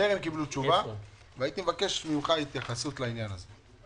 טרם קיבלו תשובה והייתי מבקש התייחסות לעניין הזה.